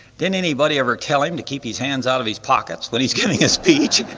didn't anybody ever tell him to keep his hands out of his pockets when he's giving a speech,